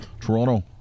Toronto